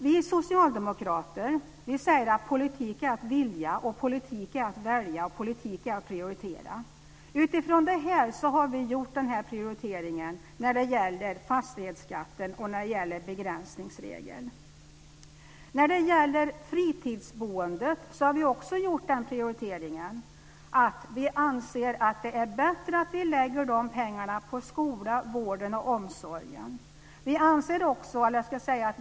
Vi socialdemokrater säger att politik är att vilja, att politik är att välja och att politik är att prioritera. Utifrån detta har vi gjort denna prioritering när det gäller fastighetsskatten och begränsningsregeln. För fritidsboendet har vi gjort prioriteringen att vi anser att det är bättre att vi lägger de pengarna på skolan, vården och omsorgen.